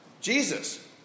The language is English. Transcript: Jesus